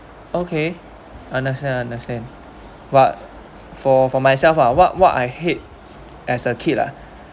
okay understand understand but for for myself lah what what I hate as a kid ah